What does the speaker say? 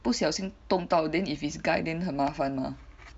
不小心动到 then if it's a guy then 很麻烦 mah